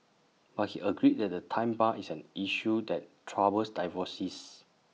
but he agreed that the time bar is an issue that troubles divorcees